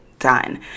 done